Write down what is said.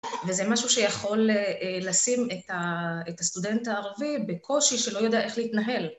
וזה משהו שיכול לשים את הסטודנט הערבי בקושי שלא יודע איך להתנהל.